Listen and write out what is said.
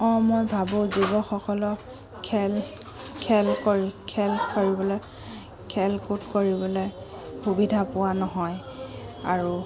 অঁ মই ভাবোঁ যুৱকসকলক খেল খেল কৰি খেল কৰিবলৈ খেল কুদ কৰিবলৈ সুবিধা পোৱা নহয় আৰু